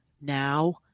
Now